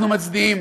אנחנו מצדיעים.